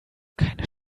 keine